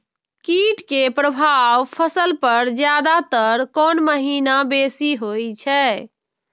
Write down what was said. कीट के प्रभाव फसल पर ज्यादा तर कोन महीना बेसी होई छै?